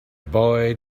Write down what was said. boy